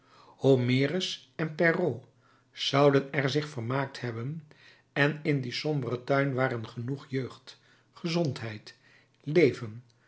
homerus en perrault zouden er zich vermaakt hebben en in dien somberen tuin waren genoeg jeugd gezondheid leven